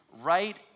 right